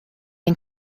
ein